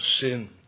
sin